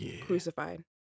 crucified